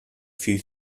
few